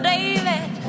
David